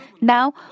Now